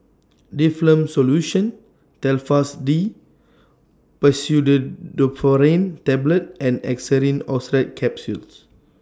Difflam Solution Telfast D Pseudoephrine Tablets and Xenical Orlistat Capsules